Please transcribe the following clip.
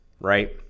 Right